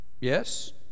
Yes